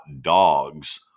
dogs